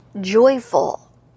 joyful